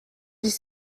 dix